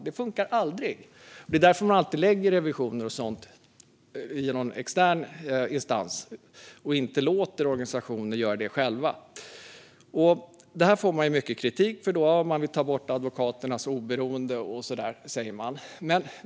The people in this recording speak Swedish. Det funkar aldrig, och det är därför man alltid lägger revisioner och sådant i någon extern instans och inte låter organisationer göra det själva. Det här får vi mycket kritik för. Man tar bort advokaternas oberoende, sägs det.